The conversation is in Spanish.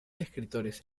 escritores